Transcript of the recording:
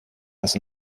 dass